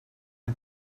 une